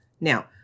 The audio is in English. Now